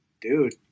Dude